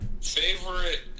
Favorite